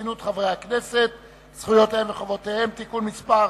חברי הכנסת, זכויותיהם וחובותיהם (תיקון מס'